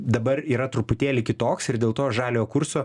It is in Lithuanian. dabar yra truputėlį kitoks ir dėl to žaliojo kurso